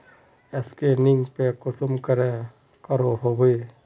Scanning पे कुंसम करे करो होबे?